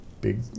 big